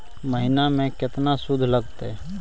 महिना में केतना शुद्ध लगतै?